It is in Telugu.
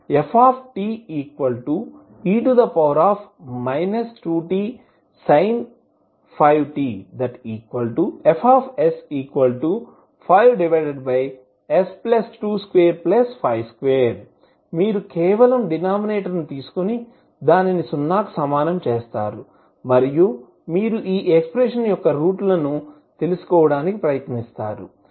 fte 2tsin 5t↔Fs5s2252 మీరు కేవలం డినామినేటర్ తీసుకొని దానిని 0 కి సమానం చేస్తారు మరియు మీరు ఈ ఎక్స్ప్రెషన్ యొక్క రూట్ లను తెలుసుకోవడానికి ప్రయత్నిస్తారు